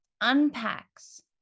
unpacks